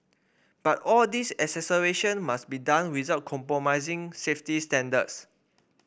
but all this acceleration must be done without compromising safety standards